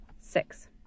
Six